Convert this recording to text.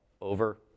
over